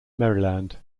maryland